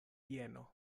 bieno